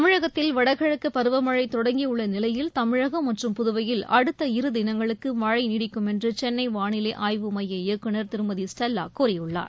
தமிழகத்தில் வடகிழக்கு பருவமழை தொடங்கியுள்ள நிலையில் தமிழகம் மற்றும் புதுவையில் அடுத்த இரு தினங்களுக்கு மழை நீடிக்கும் என்று சென்னை வானிலை ஆய்வு மைய இயக்குனர் திருமதி ஸ்டெல்லா கூறியுள்ளார்